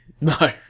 no